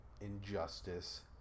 Injustice